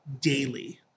daily